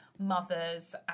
mothers